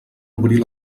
obrir